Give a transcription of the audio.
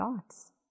thoughts